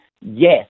yes